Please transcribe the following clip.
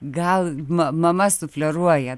gal ma mama sufleruoja